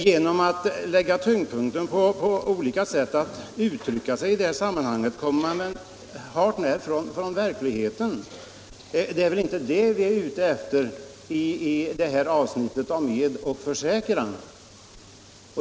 Genom att lägga tyngdpunkten på olika sätt att uttrycka sig i det sammanhanget kommer man hart när bort från verkligheten.